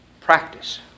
Practice